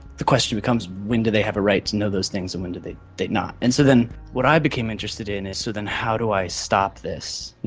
the question becomes when do they have a right to know those things and when do they they not? and so then what i became interested in is so then how do i stop this,